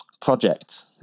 project